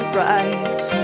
rise